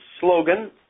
slogan